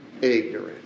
ignorant